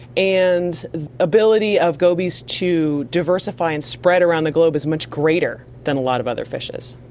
and the ability of gobies to diversify and spread around the globe is much greater than a lot of other fishes.